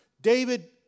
David